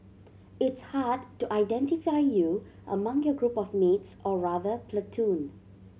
it's hard to identify you among your group of mates or rather platoon